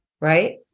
Right